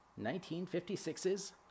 1956's